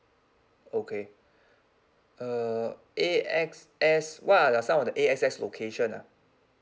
okay uh A_X_S what are some of the A_X_S location ah